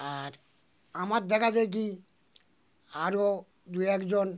আর আমার দেখাদেখি আরও দু একজন